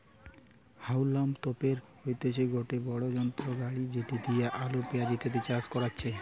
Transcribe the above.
হাউলম তোপের হইতেছে গটে বড়ো যন্ত্র গাড়ি যেটি দিয়া আলু, পেঁয়াজ ইত্যাদি চাষ করাচ্ছে